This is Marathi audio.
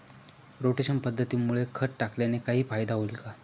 रोटेशन पद्धतीमुळे खत टाकल्याने काही फायदा होईल का?